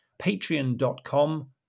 patreon.com